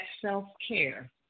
self-care